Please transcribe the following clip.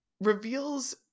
reveals